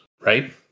right